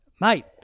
mate